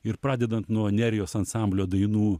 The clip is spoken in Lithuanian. ir pradedant nuo nerijos ansamblio dainų